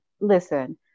Listen